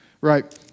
Right